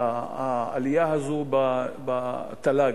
העלייה הזו בתל"ג?